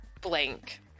blank